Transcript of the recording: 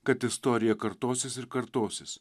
kad istorija kartosis ir kartosis